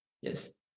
Yes